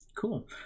Cool